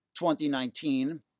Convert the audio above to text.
2019